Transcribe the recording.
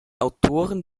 autoren